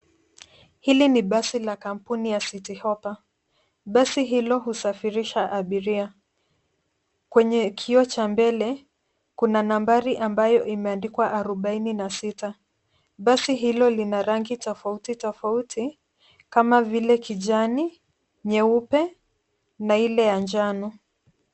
Hili ni basi la kampuni ya Citi Hoppa. Basi hilo husafirisha abiria. Kwenye kioo cha mbele, kuna nambari ambao imeandikwa arobaini na sita. Basi hilo lina rangi tofauti tofauti kama vile kijani, nyeupe, na ile ya manjano.